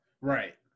Right